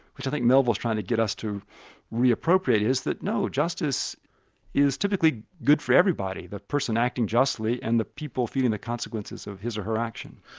which i think melville's trying to get us to reappropriate is that no, justice is typically good for everybody. the person acting justly and the people feeling the consequences of his or her action.